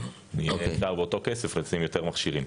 אז אפשר באותו כסף לשים יותר מכשירים.